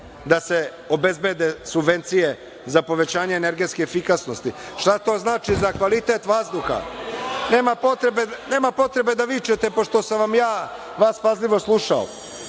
da se obezbede subvencije za povećanje energetske efikasnosti. Šta to znači za kvalitet vazduha? Nema potrebe da vičete pošto sam ja vas pažljivo